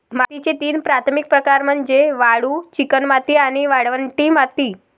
मातीचे तीन प्राथमिक प्रकार म्हणजे वाळू, चिकणमाती आणि वाळवंटी माती